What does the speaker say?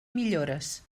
millores